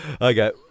Okay